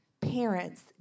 parents